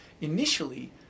Initially